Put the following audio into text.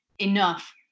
Enough